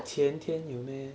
前天有 meh